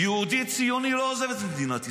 יהודי ציוני לא עוזב את מדינת ישראל.